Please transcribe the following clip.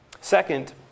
Second